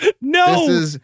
No